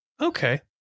Okay